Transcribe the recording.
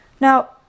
Now